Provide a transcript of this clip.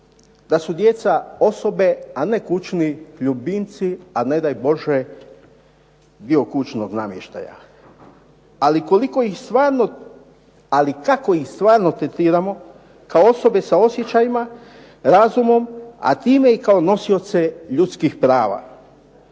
da su djeca osobe, a ne kućni ljubimci, a ne daj Bože dio kućnog namještaja. Ali kako ih stvarno tretiramo kao osobe sa osjećajima, razumom, a time i kao nosioce ljudskih prava.